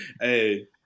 Hey